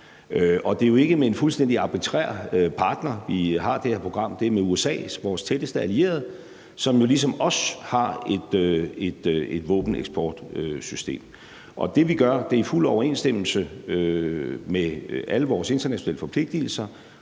Det er jo ikke med en fuldstændig arbitrær partner, vi har det her program. Det er med USA, vores tætteste allierede, som jo ligesom os har et våbeneksportsystem. Og det, vi gør, er i fuld overensstemmelse med alle vores internationale forpligtigelser